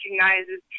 recognizes